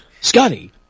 Scotty